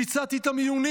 ביצעתי את המיונים,